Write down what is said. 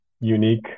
unique